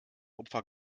opfer